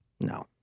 No